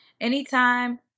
Anytime